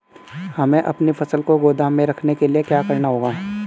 हमें अपनी फसल को गोदाम में रखने के लिये क्या करना होगा?